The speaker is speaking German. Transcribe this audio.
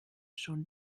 schon